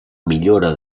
millora